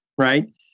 Right